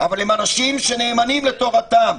אבל הם אנשים שנאמנים לתורתם.